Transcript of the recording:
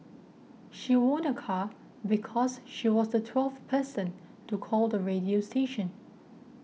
she won a car because she was the twelfth person to call the radio station